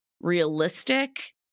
realistic